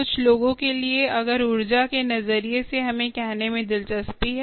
कुछ लोगों के लिए अगर ऊर्जा के नजरिए से हमें कहने में दिलचस्पी है